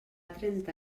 trenta